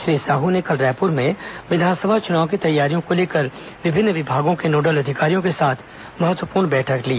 श्री साहू ने कल रायपुर में विधानसभा चुनाव की तैयारियों को लेकर विभिन्न विभागों के नोडल अधिकारियों के साथ महत्वपूर्ण बैठक ली